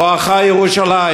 בואכה ירושלים,